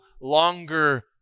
longer